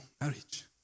marriage